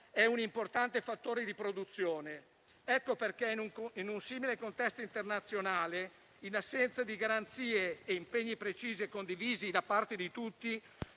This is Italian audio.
è un importante fattore di produzione. Per questo in un simile contesto internazionale, in assenza di garanzie e impegni precisi e condivisi da parte di tutti,